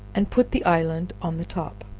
and put the island on the top.